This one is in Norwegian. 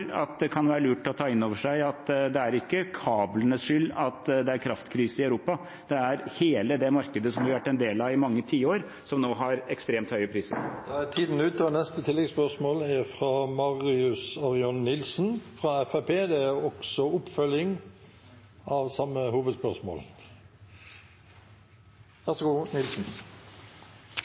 at det kan være lurt å ta inn over seg at det ikke er kablenes skyld at det er kraftkrise i Europa. Det er hele det markedet som vi har vært en del av i mange tiår, som nå har ekstremt høye priser.